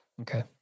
Okay